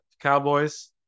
Cowboys